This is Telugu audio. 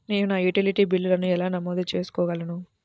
నేను నా యుటిలిటీ బిల్లులను ఎలా నమోదు చేసుకోగలను?